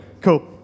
Cool